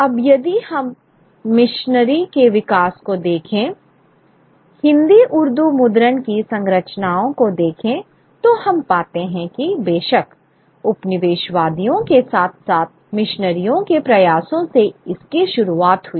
अब यदि हम मशीनरी के विकास को देखें हिंदी उर्दू मुद्रण की संरचनाओं को देखेंतो हम पाते हैं कि बेशक उपनिवेशवादियों के साथ साथ मिशनरियों के प्रयासों से इसकी शुरुआत हुई